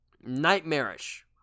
nightmarish